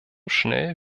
schnell